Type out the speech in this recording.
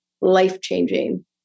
life-changing